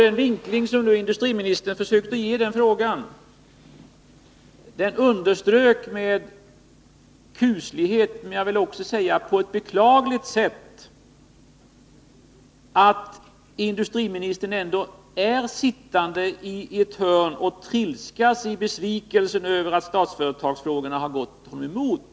Den vinkling som industriministern försökte ge den frågan underströk på ett kusligt och beklagligt sätt att industriministern sitter i ett hörn och trilskas i besvikelse över att Statsföretagsfrågorna har gått honom emot.